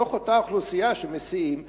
מתוך אותה אוכלוסייה שמסיעים אליה,